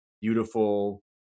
beautiful